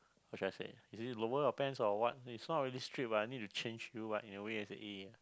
what should I say is it lower your pants or what it's not really strip but I need to change you like in a way as in